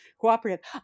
cooperative